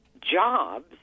jobs